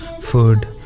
food